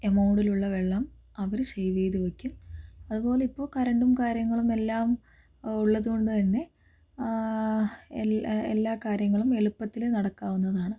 എമൗണ്ടിലുള്ള വെള്ളം അവര് സേവ് ചെയ്തു വയ്ക്കും അതുപോലെ ഇപ്പോൾ കറണ്ടും കാര്യങ്ങളുമെല്ലാം ഉള്ളതുകൊണ്ട് തന്നെ എല്ലാ കാര്യങ്ങളും എളുപ്പത്തില് നടക്കാവുന്നതാണ്